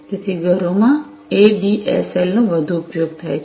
તેથી ઘરોમાં એડીએસએલનો વધુ ઉપયોગ થાય છે